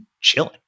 chilling